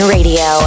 Radio